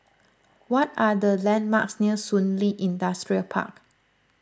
what are the landmarks near Shun Li Industrial Park